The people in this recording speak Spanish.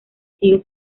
sigue